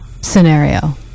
scenario